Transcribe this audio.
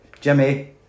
Jimmy